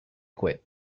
quit